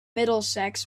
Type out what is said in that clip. middlesex